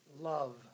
love